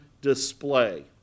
display